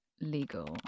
legal